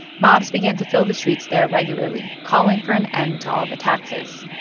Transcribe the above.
mobs began to fill the streets there regularly, calling for an end to all the taxes.